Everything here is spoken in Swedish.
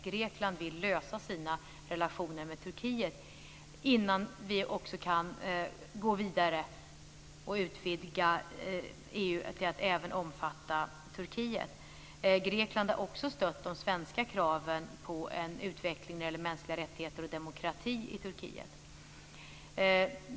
Grekland vill lösa sina relationer med Turkiet innan vi kan gå vidare och utvidga EU till att även omfatta Turkiet. Grekland har också stött de svenska kraven på en utveckling när det gäller mänskliga rättigheter och demokrati i Turkiet.